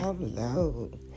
Hello